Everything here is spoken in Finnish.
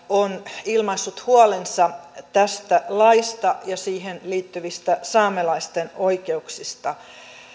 on ilmaissut huolensa tästä laista ja siihen liittyvistä saamelaisten oikeuksista